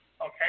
Okay